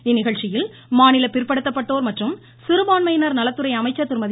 இந்நிகழ்ச்சியில் மாநில பிற்படுத்தப்பட்டோர் மற்றும் சிறுபான்மையினர் நலத்துறை அமைச்சர் திருமதி